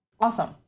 Awesome